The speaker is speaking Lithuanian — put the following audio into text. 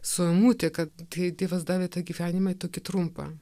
su emute kad tai dievas davė tą gyvenimąjai tokį trumpą